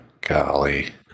Golly